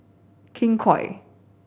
King Koil